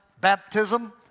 baptism